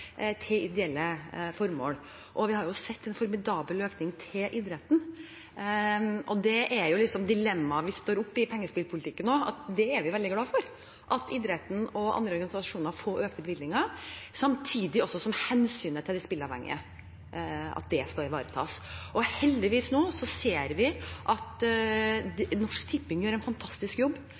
til ideelle formål. Vi har sett en formidabel økning til idretten. Det er dilemmaet vi nå står oppe i i pengespillpolitikken, at vi er veldig glad for at idretten og andre organisasjoner får økte bevilgninger, samtidig som hensynet til de spilleavhengige skal ivaretas. Heldigvis ser vi at Norsk Tipping gjør en fantastisk jobb